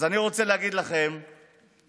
אז אני רוצה להגיד לכם שאתם,